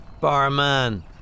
Barman